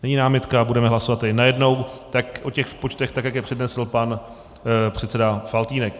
Není námitka, budeme tedy hlasovat najednou o těch počtech, tak jak je přednesl pan předseda Faltýnek.